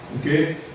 Okay